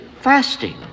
fasting